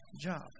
job